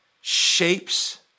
shapes